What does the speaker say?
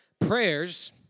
prayers